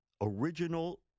original